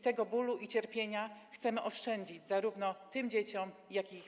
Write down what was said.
Tego bólu i cierpienia chcemy oszczędzić zarówno tym dzieciom, jak i ich matkom.